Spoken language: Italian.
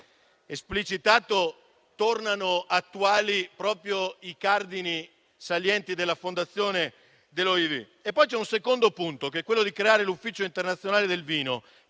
esplicitato, tornano attuali i cardini salienti della fondazione dell'OIV. C'è poi un secondo punto volto a creare l'ufficio internazionale del vino